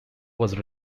was